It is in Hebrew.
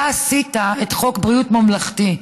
אתה עשית את חוק בריאות ממלכתי,